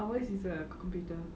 ours is a computer